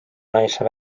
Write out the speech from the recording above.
naise